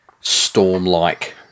Storm-like